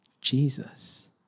Jesus